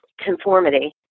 conformity